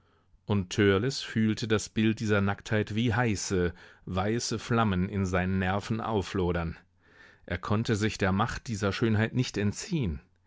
und törleß fühlte das bild dieser nacktheit wie heiße weiße flammen in seinen nerven auflodern er konnte sich der macht dieser schönheit nicht entziehen